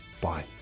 Bye